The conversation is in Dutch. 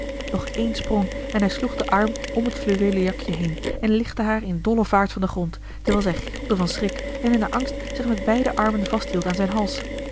nog één sprong en hij sloeg den arm om het fluweelen jakje heen en lichtte haar in dolle vaart van den grond terwijl zij gilde van schrik en in haar angst zich met beide armen vasthield aan zijn hals